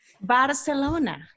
Barcelona